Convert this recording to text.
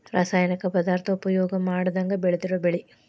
ರಾಸಾಯನಿಕ ಪದಾರ್ಥಾ ಉಪಯೋಗಾ ಮಾಡದಂಗ ಬೆಳದಿರು ಬೆಳಿ